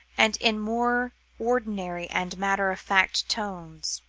and in more ordinary and matter-of-fact tones.